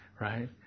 right